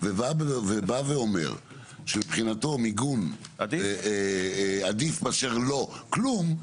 בא ואומר שמבחינתו מיגון עדיף מאשר לא כלום,